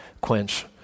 quench